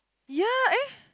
ya eh